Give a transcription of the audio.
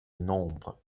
nombre